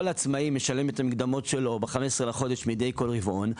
כל עצמאי משלם את המקדמות שלו ב-15 לחודש מדי כל רבעון.